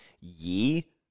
ye